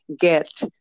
get